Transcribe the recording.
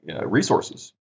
resources